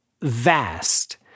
vast